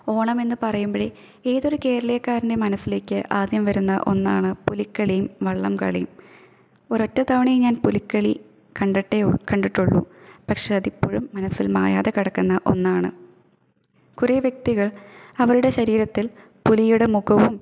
ഓണമെന്ന് പറയുമ്പോഴേ ഏതൊരു കേരളീയക്കാരൻ്റെ മനസിലേക്ക് ആദ്യം വരുന്ന ഒന്നാണ് പുലിക്കളിയും വള്ളംകളിയും ഒരൊറ്റതവണയെ ഞാൻ പുലികളി കണ്ടിട്ടേ കണ്ടിട്ടുള്ളൂ പക്ഷെ അതിപ്പോഴും മനസ്സിൽ മായാതെ കിടക്കുന്ന ഒന്നാണ് കുറെ വ്യക്തികൾ അവരുടെ ശരീരത്തിൽ പുലിയുടെ മുഖവും